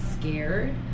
scared